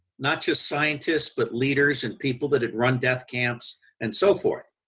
not just scientists but leaders and people that had run death camps and so forth.